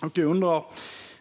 Jag undrar: